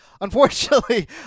Unfortunately